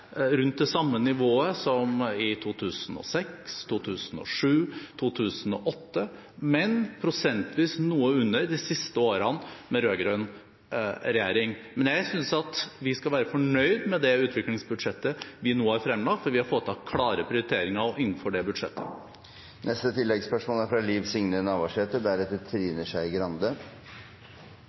samme nivået som i 2006, 2007 og 2008, men prosentvis noe under de siste årene med rød-grønn regjering. Men jeg synes vi skal være fornøyd med det utviklingsbudsjettet vi nå har fremlagt, for vi har foretatt klare prioriteringer innenfor det budsjettet. Liv Signe Navarsete – til oppfølgingsspørsmål. Det er